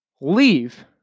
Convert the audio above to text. leave